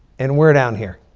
and we're down here.